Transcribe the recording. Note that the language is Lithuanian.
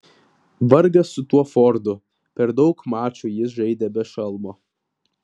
vargas su tuo fordu per daug mačų jis žaidė be šalmo